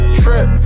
trip